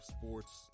sports